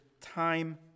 time